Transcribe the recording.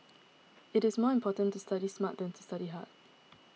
it is more important to study smart than to study hard